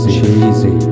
Cheesy